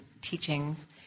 teachings